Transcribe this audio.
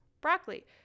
broccoli